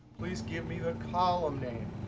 please give me the column name.